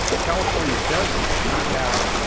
california does not have,